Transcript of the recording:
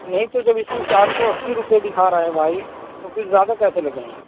نہیں تو جب اس میں چار سو اسی روپئے دکھا رہے ہیں بھائی تو پھر زیادہ کیسے لگیں گے